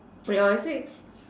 wait or is it